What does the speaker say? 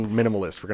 minimalist